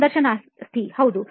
ಸಂದರ್ಶನಾರ್ಥಿಹೌದು